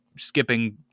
skipping